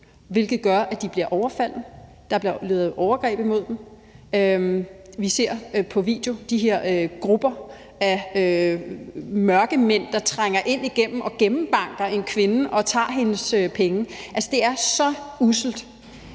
hvilket gør, at de bliver overfaldet. Der bliver begået overgreb mod dem. Vi ser på video de her grupper af mørkemænd, der trænger ind og gennembanker en kvinde og tager hendes penge. Altså, det er så usselt.